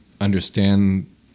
understand